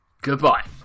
goodbye